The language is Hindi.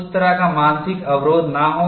उस तरह का मानसिक अवरोध न हो